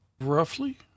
Roughly